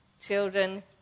children